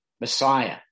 Messiah